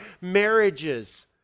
marriages